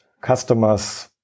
customers